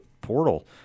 portal